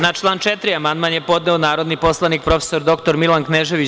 Na član 4. amandman je podneo narodni poslanik prof. dr Milan Knežević.